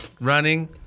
running